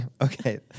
Okay